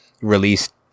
released